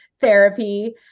therapy